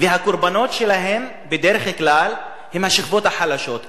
הקורבנות שלהם בדרך כלל הם השכבות החלשות,